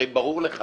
הרי ברור לך